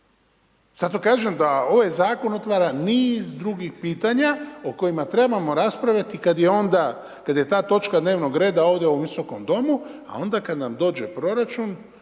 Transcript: Zato kažem da ovaj zakon otvara niz drugih pitanja o kojima trebamo raspravljati kada je onda, kada je ta točka dnevnog reda ovdje u ovom Visokom domu a onda kada nam dođe proračun